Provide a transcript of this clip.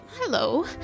Hello